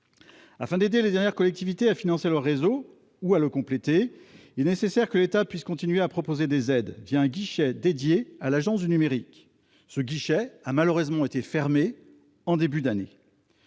Afin d'aider les dernières collectivités à financer leur réseau, ou à le compléter, il est nécessaire que l'État puisse continuer à proposer des aides, un guichet dédié de l'Agence du numérique. Ce guichet a malheureusement été fermé en début d'année.